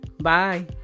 Bye